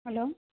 hello